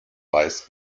weiß